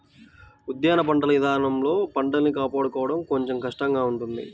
ఉద్యాన పంటల ఇదానంలో పంటల్ని కాపాడుకోడం కొంచెం కష్టంగా ఉంటది